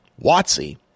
Watsy